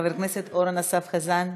חבר הכנסת אורן אסף חזן,